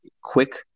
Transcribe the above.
quick